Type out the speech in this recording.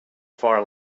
far